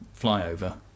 flyover